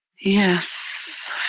Yes